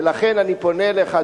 ולכן אני פונה אליך,